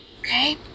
okay